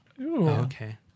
okay